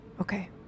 Okay